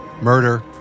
Murder